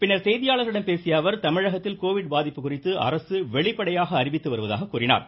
பின்னர் செய்தியாளர்களிடம் பேசிய அவர் தமிழகத்தில் கோவிட் பாதிப்பு குறித்து அரசு வெளிப்படையாக அறிவித்து வருவதாக கூறினார்